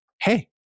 Hey